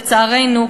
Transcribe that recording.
לצערנו,